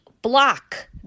block